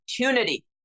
opportunity